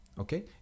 Okay